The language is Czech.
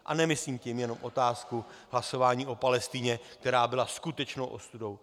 A nemyslím tím jenom otázku hlasování o Palestině, která byla skutečnou ostudou.